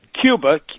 Cuba